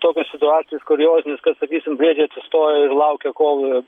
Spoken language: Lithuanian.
tokia situacija iš kuriozinės kad sakysim briedžiai atsistoją ir laukia kol